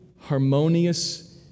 harmonious